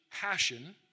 passion